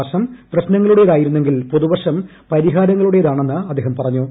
വർഷം പ്രശ്നങ്ങളുടേത്മായിരുന്നെങ്കിൽ പുതുവർഷം പരിഹാരങ്ങളുടേതാണെന്ന് അദ്ദേഹ്ം പറഞ്ഞു